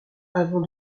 avant